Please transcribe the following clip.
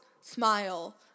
smile